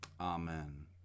Amen